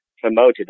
promoted